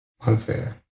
Unfair